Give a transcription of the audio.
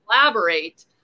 collaborate